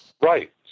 Right